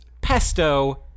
pesto